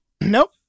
Nope